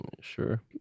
sure